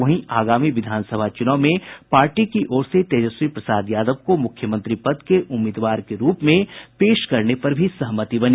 वहीं आगामी विधानसभा चुनाव में पार्टी की ओर से तेजस्वी प्रसाद यादव को मुख्यमंत्री पद के उम्मीदवार के रूप में पेश करने पर भी सहमति बनी